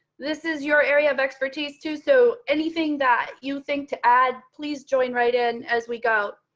this is your area of expertise to so anything that you think to add please join right in, as we go.